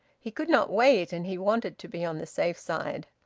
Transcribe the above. he could not wait, and he wanted to be on the safe side.